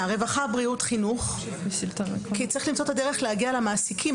צריך למצוא את הדרך להגיע מעסיקים.